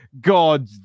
God